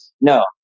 No